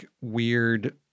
weird